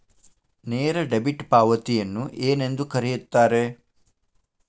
ನೇರ ಡೆಬಿಟ್ ಪಾವತಿಯನ್ನು ಏನೆಂದು ಕರೆಯುತ್ತಾರೆ?